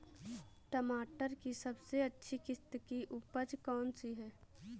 टमाटर की सबसे अच्छी किश्त की उपज कौन सी है?